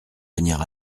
venir